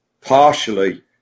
partially